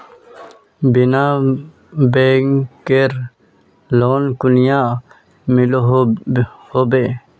बिना बैंकेर लोन कुनियाँ मिलोहो होबे?